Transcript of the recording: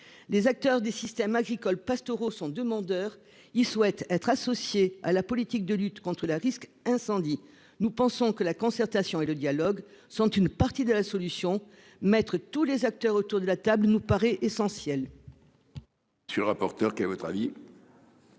Les acteurs des systèmes agricoles pastoraux sont demandeurs. Ils souhaitent être associés à la politique de lutte contre les risques d'incendie. Nous pensons que la concertation et le dialogue sont une partie de la solution. Mettre tous les acteurs autour de la table nous paraît essentiel. Quel est l'avis